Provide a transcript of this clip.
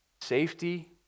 safety